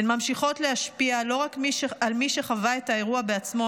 הן ממשיכות להשפיע לא רק על מי שחווה את האירוע בעצמו